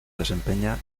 desempeña